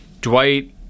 Dwight